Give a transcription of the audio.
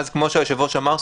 כמו שהיושב-ראש אמר,